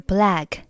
Black